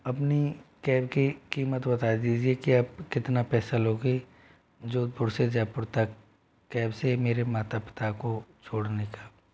अपनी कैब की कीमत बता दीजिए कि आप कितना पैसा लोगे जोधपुर से जयपुर तक कैब से मेरे माता पिता को छोड़ने का